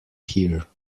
here